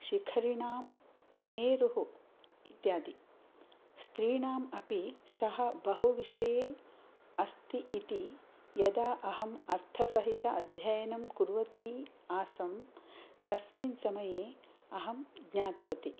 शिखरिणां मेरुः इत्यादि स्त्रीणाम् अपि सः बहु विषये अस्ति इति यदा अहम् अर्थसहित अध्ययनं कुर्वती आसम् तस्मिन् समये अहं ज्ञातवती